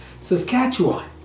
Saskatchewan